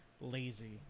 lazy